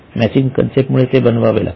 matching concept मुळे ते बनवावे लागले